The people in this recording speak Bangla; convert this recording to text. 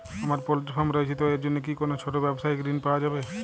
আমার পোল্ট্রি ফার্ম রয়েছে তো এর জন্য কি কোনো ছোটো ব্যাবসায়িক ঋণ পাওয়া যাবে?